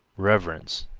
reverence,